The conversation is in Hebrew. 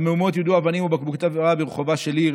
במהומות יודו אבנים ובקבוקי תבערה ברחובה של עיר,